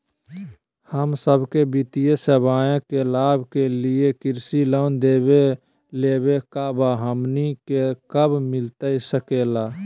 हम सबके वित्तीय सेवाएं के लाभ के लिए कृषि लोन देवे लेवे का बा, हमनी के कब मिलता सके ला?